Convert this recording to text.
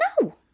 No